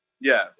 Yes